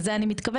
לזה אני מתכוונת,